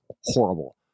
horrible